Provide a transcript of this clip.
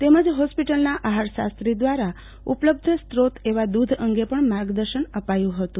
તેમજ ફોસ્પીટલના આફારશાસ્ત્રી દ્વારા ઉપલબ્ધ સ્ત્રોત એવા દૂધ અંગે પણ માર્ગદર્શન આપ્યું હતું